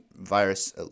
virus